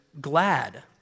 glad